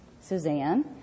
Suzanne